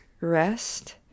rest